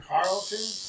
Carlton